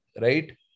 right